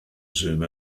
zoom